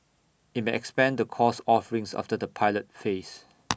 IT may expand the course offerings after the pilot phase